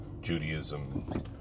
Judaism